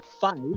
five